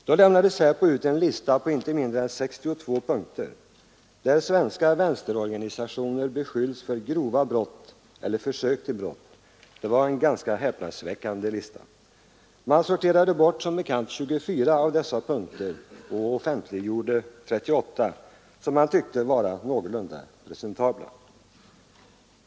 Då lämnade SÄPO ut en lista på inte mindre än 62 punkter, där svenska vänsterorganisationer beskylls för grova brott eller försök till brott. Det var en ganska häpnadsväckande lista. Man sorterade som bekant bort 24 av dessa punkter och offentliggjorde 38, som man tyckte var någorlunda presentabla.